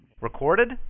Recorded